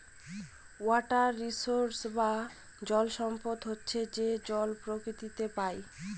water resource বা জল সম্পদ হচ্ছে যে জল প্রকৃতিতে পাই